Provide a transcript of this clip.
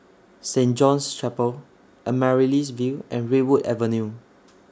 Saint John's Chapel Amaryllis Ville and Redwood Avenue